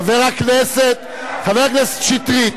חבר הכנסת שטרית,